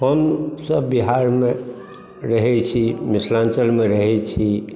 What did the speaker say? हमसब बिहारमे रहै छी मिथिलाञ्चलमे रहै छी